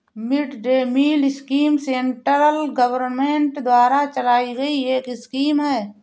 mid day meal scheme central government द्वारा चलाई गई एक स्कीम है